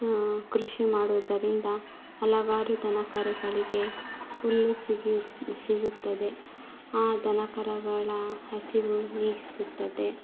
ಕೃಷಿ ಮಾಡುವುದರಿಂದ ಹಲವಾರು ದನ ಕರುಗಳಿಗೆ ಹುಲ್ಲು ಸಿಗಿಯು ಸಿಗುತ್ತದೆ ಆ ದನ ಕರುಗಳ ಹಸಿವು ನೀಗಿಸುತ್ತದೆ